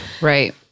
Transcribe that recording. Right